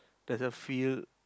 there's a field